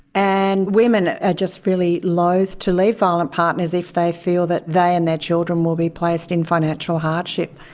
and women are just really loathe to leave violent partners if they feel that they and their children will be placed in financial hardship.